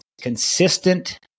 consistent